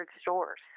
stores